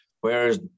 whereas